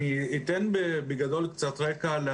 אני אתן בגדול קצת רקע.